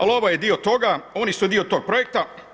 Ali ovo je dio toga, oni su dio tog projekta.